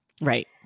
Right